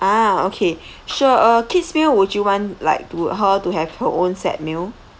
ah okay sure uh kids meal would you want like to her to have her own set mea